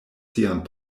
sian